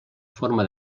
forma